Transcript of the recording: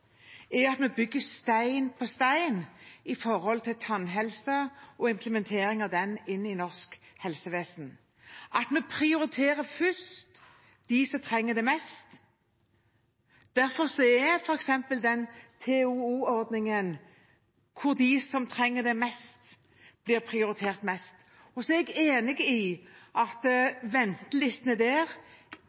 mener at det viktigste vi nå gjør, er å bygge stein på stein når det gjelder tannhelse og implementering av den i norsk helsevesen, og at vi først prioriterer dem som trenger det mest. Et eksempel er TOO-ordningen, hvor de som trenger det mest, blir prioritert mest. Jeg er enig i at ventelistene der